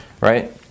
right